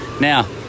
Now